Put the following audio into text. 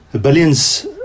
billions